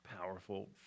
powerful